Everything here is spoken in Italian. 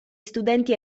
studenti